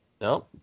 no